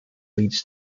leads